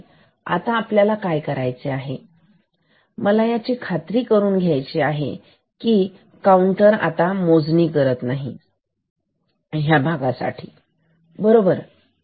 आणि आता आपल्याला काय करायचे आहे मला याची खात्री करून घ्यायची आहे की काऊंटर आता मोजणी करत नाही या भागासाठी बरोबर